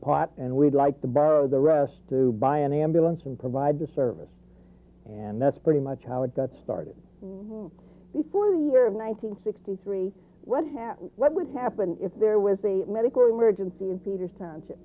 pot and we'd like to borrow the rest to buy an ambulance and provide the service and that's pretty much how it got started before the year of one hundred sixty three what happened what would happen if there was a medical emergency in peter's township